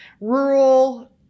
rural